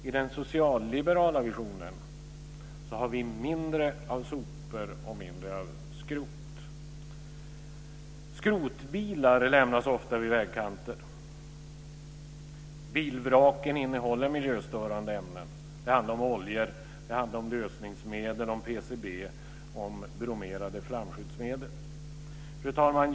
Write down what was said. I den socialliberala visionen har vi mindre av sopor och mindre av skrot. Skrotbilar lämnas ofta vid vägkanter. Bilvraken innehåller miljöstörande ämnen. Det handlar om oljor, lösningsmedel, PCB och bromerade flamskyddsmedel. Fru talman!